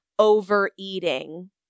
overeating